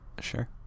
Sure